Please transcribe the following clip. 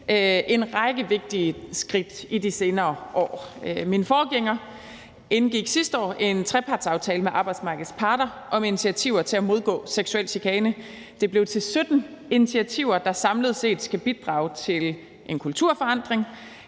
en række vigtige skridt i de senere år. Min forgænger indgik sidste år en trepartsaftale med arbejdsmarkedets parter om initiativer til at modgå seksuel chikane. Det blev til 17 initiativer, der samlet set skal bidrage til en kulturforandring